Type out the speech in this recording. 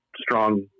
strong